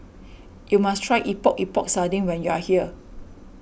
you must try Epok Epok Sardin when you are here